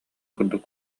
курдук